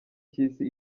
cy’isi